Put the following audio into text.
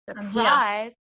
surprise